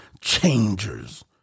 changers